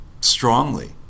strongly